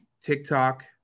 TikTok